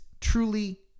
truly